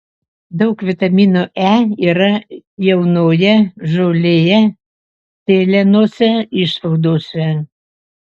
daug vitamino e yra jaunoje žolėje sėlenose išspaudose